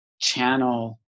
channel